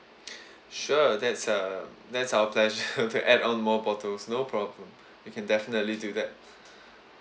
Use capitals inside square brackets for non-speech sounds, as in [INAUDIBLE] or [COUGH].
[BREATH] sure that's um that's our [LAUGHS] pleasure to add on more bottles no problem [BREATH] you can definitely do that [BREATH]